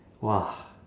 !wah!